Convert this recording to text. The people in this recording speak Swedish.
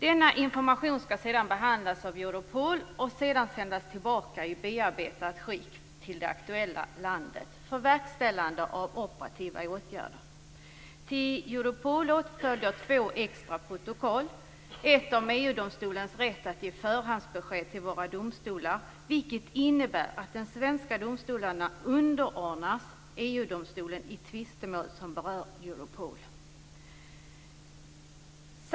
Denna information skall sedan behandlas av Europol och därefter sändas tillbaka i bearbetat skick till det aktuella landet för verkställande av operativa åtgärder. Till Europol följer två extra protokoll. Det ena berör EU-domstolens rätt att ge förhandsbesked till våra domstolar, vilket innebär att de svenska domstolarna underordnas EU-domstolen i tvistemål som berör Europol.